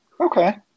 Okay